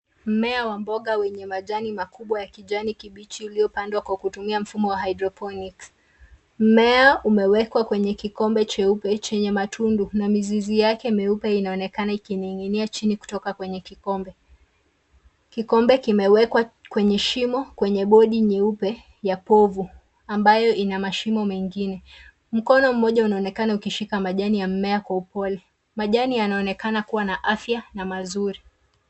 MMea wa mboga wenye majani makubwa ya kijani kibichi uliopandwa kwa kutumia mfumo wa hydroponics . Mmea umewekwa kwenye kikombe cheupe chenye matundu na mizizi yake meupe inaonekana ikining'inia chini kutoka kwenye kikombe. Kikombe kimewekwa kwenye shimo kwenye bodi nyeupe ya povu ambayo ina mashimo mengine. Mkono mmoja unaonekana ukishika majani ya mmea kwa upole. Majani yanaonekana kuwa na afya na mazuri.